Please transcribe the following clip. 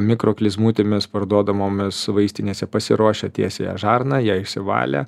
mikro klizmutėmis parduodamomis vaistinėse pasiruošia tiesiąją žarną ją išsivalę